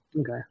Okay